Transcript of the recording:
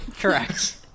Correct